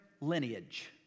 lineage